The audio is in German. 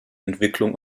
entwicklung